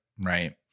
Right